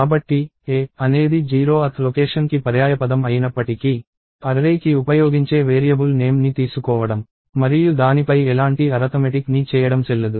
కాబట్టి a అనేది 0th location కి పర్యాయపదం అయినప్పటికీ అర్రే కి ఉపయోగించే వేరియబుల్ నేమ్ ని తీసుకోవడం మరియు దానిపై ఎలాంటి అరథమెటిక్ ని చేయడం చెల్లదు